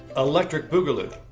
electric boogaloo.